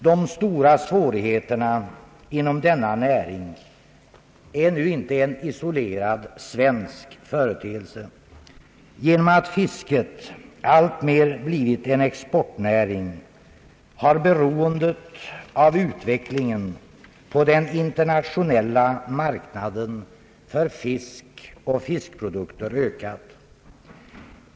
De stora svårigheterna inom denna näring är nu inte en isolerad svensk företeelse. Genom att fisket alltmer blivit en exportnäring har beroendet av utvecklingen på den internationella marknaden för fisk och fiskprodukter ökat.